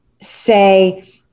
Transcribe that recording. say